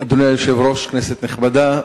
אדוני היושב-ראש, כנסת נכבדה,